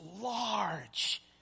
large